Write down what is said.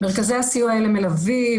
מרכזי הסיוע האלה מלווים,